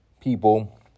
people